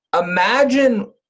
imagine